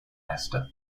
esther